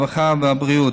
הרווחה והבריאות.